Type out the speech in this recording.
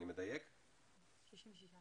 בדיון